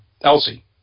Elsie